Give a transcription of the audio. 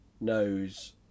knows